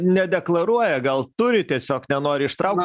nedeklaruoja gal turi tiesiog nenori ištraukt